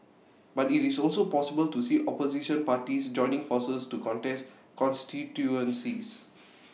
but IT is also possible to see opposition parties joining forces to contest constituencies